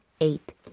Eight